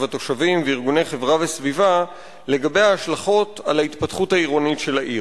התושבים וארגוני חברה וסביבה לגבי ההשלכות על ההתפתחות העירונית של העיר.